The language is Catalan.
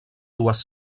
dues